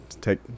take